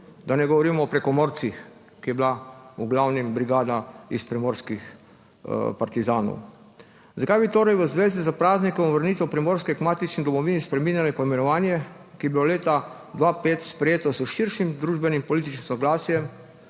da ne govorim o prekomorcih, ki so bili v glavnem brigada iz primorskih partizanov. Zakaj bi torej v zvezi s praznikom vrnitev Primorske k matični domovini spreminjali poimenovanje, ki je bilo leta 2005 sprejeto s širšim družbenim, političnim soglasjem?